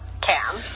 Cam